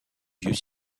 vieux